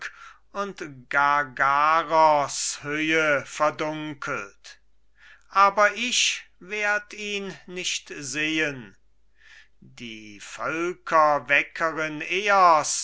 und gargaros höhe verdunkelt aber ich werd ihn nicht sehen die völkerweckerin eos